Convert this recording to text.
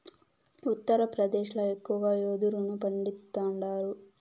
ఉత్తరప్రదేశ్ ల ఎక్కువగా యెదురును పండిస్తాండారు